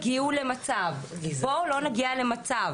בואו לא נגיע למצב